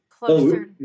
closer